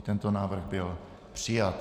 I tento návrh byl přijat.